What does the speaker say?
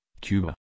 Cuba